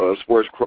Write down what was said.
sports